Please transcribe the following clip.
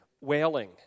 wailing